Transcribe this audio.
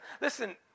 listen